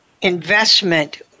Investment